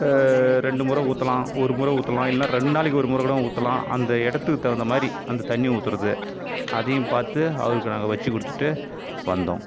ரெண்டு முறை ஊற்றலாம் ஒரு முறை ஊற்றலாம் இல்லைனா ரெண்டு நாளைக்கி ஒரு முறை கூட ஊற்றலாம் அந்த இடத்துக்கு தகுந்த மாதிரி அந்த தண்ணி ஊற்றுறது அதையும் பார்த்து அவருக்கு நாங்கள் வெச்சு கொடுத்துட்டு வந்தோம்